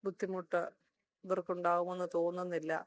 ബുദ്ധിമുട്ട് ഇവർക്ക് ഉണ്ടാകുമെന്ന് തോന്നുന്നില്ല